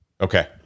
Okay